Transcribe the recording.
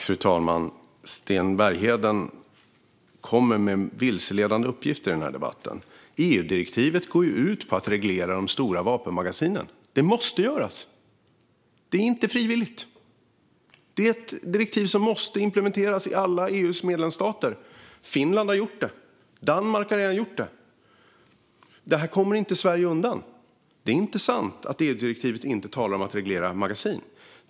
Fru talman! Sten Bergheden kommer med vilseledande uppgifter i den här debatten. EU-direktivet går ju ut på att reglera de stora vapenmagasinen. Det måste göras. Det är inte frivilligt. Det är ett direktiv som måste implementeras i alla EU:s medlemsstater. Finland har gjort det. Danmark har gjort det. Det här kommer Sverige inte undan. Det är inte sant att EU-direktivet inte talar om att reglera magasin.